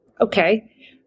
Okay